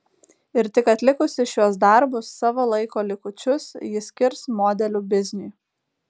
ir tik atlikusi šiuos darbus savo laiko likučius ji skirs modelių bizniui